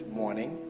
morning